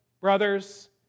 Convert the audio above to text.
brothers